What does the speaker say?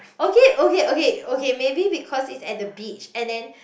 okay okay okay okay maybe because it's at the beach and then